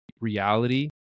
reality